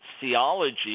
theology